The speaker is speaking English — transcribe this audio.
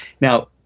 Now